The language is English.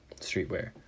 streetwear